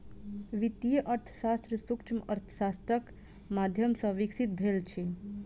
वित्तीय अर्थशास्त्र सूक्ष्म अर्थशास्त्रक माध्यम सॅ विकसित भेल अछि